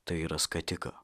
tai yra skatiką